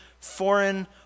foreign